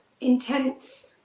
Intense